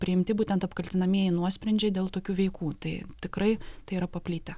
priimti būtent apkaltinamieji nuosprendžiai dėl tokių veikų tai tikrai tai yra paplitę